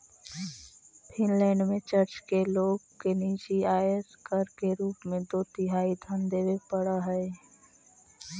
Finland में church के लोग के निजी आयकर के रूप में दो तिहाई धन देवे पड़ऽ हई